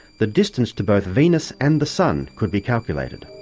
the distance to both venus and the sun could be calculated.